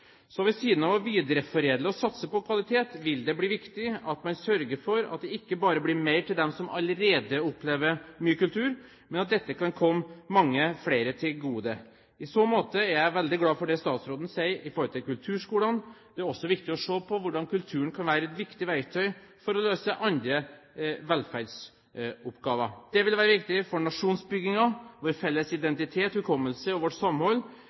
Så ved siden av å videreforedle og satse på kvalitet vil det bli viktig at man sørger for at det ikke bare blir mer til dem som allerede opplever mye kultur, men at det kan komme mange flere til gode. I så måte er jeg veldig glad for det statsråden sier i forhold til kulturskolene. Det er også viktig å se på hvordan kulturen kan være et viktig verktøy for å løse andre velferdsoppgaver. Det vil være viktig for nasjonsbyggingen, for vår felles identitet, hukommelse og for vårt samhold.